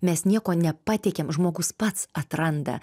mes nieko nepateikiam žmogus pats atranda